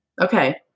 Okay